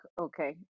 okay